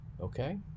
Okay